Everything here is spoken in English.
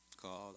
called